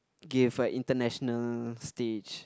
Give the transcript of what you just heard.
give a International stage